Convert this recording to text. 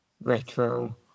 retro